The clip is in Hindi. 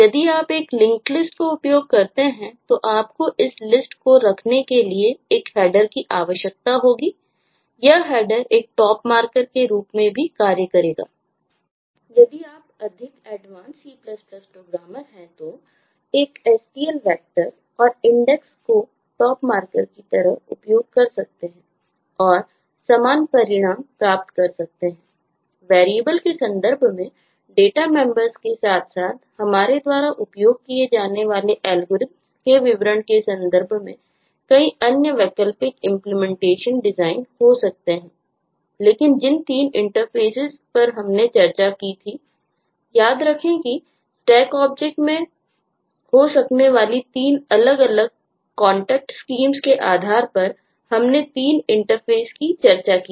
यदि आप अधिक एडवांसड C प्रोग्रामर के आधार पर हमने तीन इंटरफेस पर चर्चा की